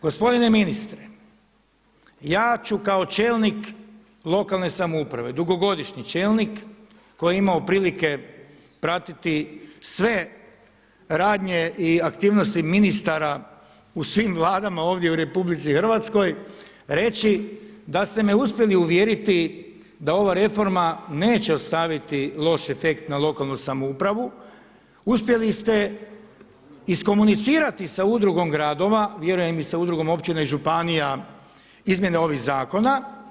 Gospodine ministre, ja ću kao čelnik lokalne samouprave, dugogodišnji čelnik koji je imao prilike pratiti sve radnje i aktivnosti ministara u svim Vladama ovdje u RH reći da ste me uspjeli uvjeriti da ova reforma neće ostaviti loš efekt na lokalnu samoupravu, uspjeli ste iskomunicirati sa Udrugom gradova, vjerujem i sa udrugom općina i županija izmjene ovih zakona.